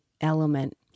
element